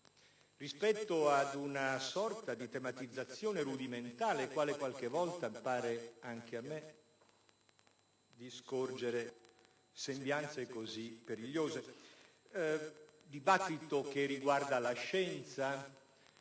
rispetto ad una sorta di tematizzazione rudimentale nella quale qualche volta pare a me di scorgere sembianze perigliose. Dibattito che riguarda la scienza,